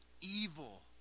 evil